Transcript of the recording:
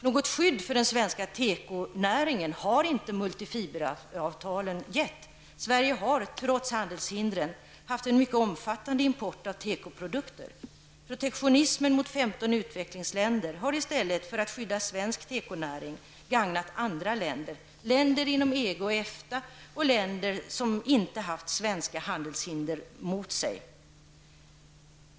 Något skydd för den svenska tekonäringen har inte multifiberavtalen gett. Sverige har, trots handelshindren, haft en mycket omfattande import av tekoprodukter. Protektionismen mot 15 utvecklingsländer har, i stället för att skydda svensk tekonäring, gagnat andra länder, länder inom EG och EFTA och länder som inte haft svenska handelshinder mot sig.